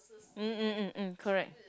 mm mm mm mm correct